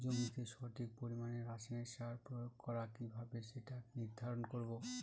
জমিতে সঠিক পরিমাণে রাসায়নিক সার প্রয়োগ করা কিভাবে সেটা নির্ধারণ করব?